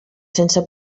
sense